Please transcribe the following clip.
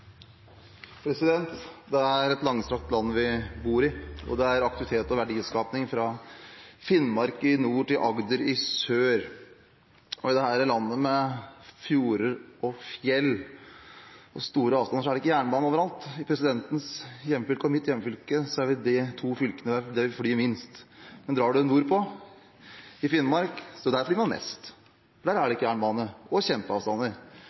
Finnmark i nord til Agder i sør. I dette landet med fjorder og fjell og store avstander er det ikke jernbane overalt. Presidentens hjemfylke og mitt hjemfylke er de to fylkene der vi flyr minst. Men drar man nordpå, i Finnmark, er det der man flyr mest. Der er det ikke jernbane – og kjempeavstander.